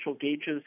gauges